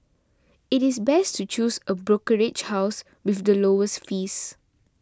it is best to choose a brokerage house with the lowest fees